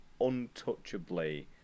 untouchably